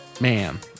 Man